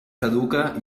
caduca